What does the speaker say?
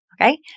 Okay